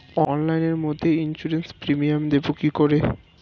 অনলাইনে মধ্যে insurance premium দেবো কি করে?